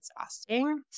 exhausting